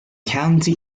county